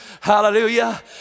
Hallelujah